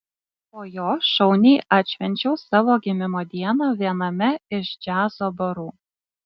po jo šauniai atšvenčiau savo gimimo dieną viename iš džiazo barų